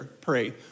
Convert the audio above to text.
pray